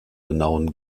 genauen